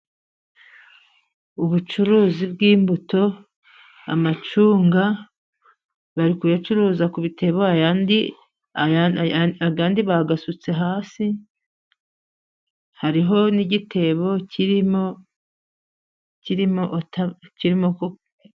Ubucuruzi bw'imbuto amacunga bari kuyacuruza ku bitebo ayandi bayasutse hasi, hariho n'igitebo kirimo.